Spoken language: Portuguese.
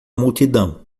multidão